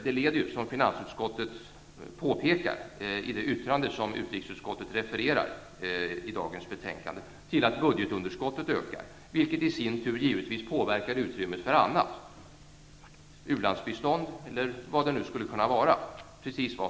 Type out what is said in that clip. Det leder till, som finansutskottet påpekar i det yttrande som utrikesutskottet refererar i dagens betänkande, att budgetunderskottet ökar, vilket i sin tur givetvis påverkar utrymmet för annat, u-landsbistånd eller vad det nu kan vara.